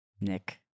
Nick